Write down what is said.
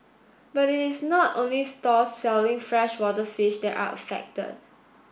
but it is not only stalls selling freshwater fish that are affected